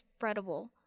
spreadable